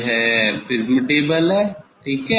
यह prism table है ठीक है